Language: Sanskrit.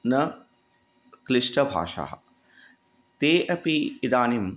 न क्लिष्टा भाषा ते अपि इदानीं